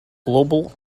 global